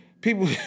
people